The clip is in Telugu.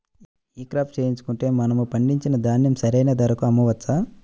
ఈ క్రాప చేయించుకుంటే మనము పండించిన ధాన్యం సరైన ధరకు అమ్మవచ్చా?